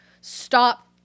stop